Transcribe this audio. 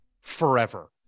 forever